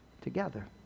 together